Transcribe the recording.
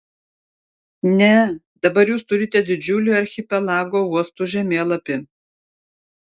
ne dabar jūs turite didžiulį archipelago uostų žemėlapį